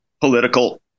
political